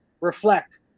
reflect